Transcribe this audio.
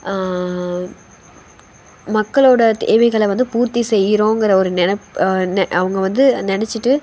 மக்களோடய தேவைகளை வந்து பூர்த்தி செய்யிறோம்கிற ஒரு நெனப்பு அவங்க வந்து நெனச்சுட்டு